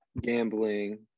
gambling